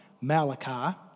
Malachi